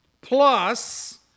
plus